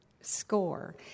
score